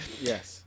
Yes